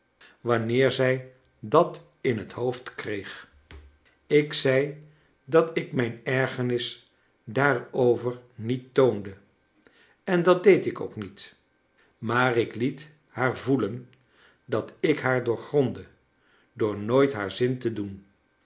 wanneer zij dat in het hoofd kreeg ik zei dat ik mijn ergernis daarover niet toonde en dat deed ik ook miet maar ik liet haar voelen dat ik haar doorgrondde door nooit haar zin te doen